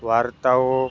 વાર્તાઓ